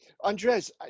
Andres